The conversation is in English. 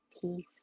Peace